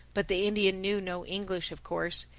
but the indian knew no english of course,